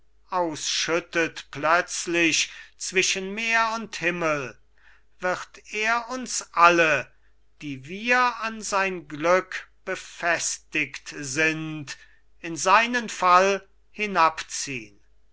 ausschüttet plötzlich zwischen meer und himmel wird er uns alle die wir an sein glück befestigt sind in seinen fall